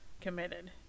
committed